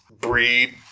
breed